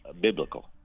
biblical